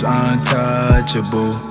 untouchable